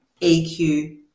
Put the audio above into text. EQ